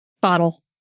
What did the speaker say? bottle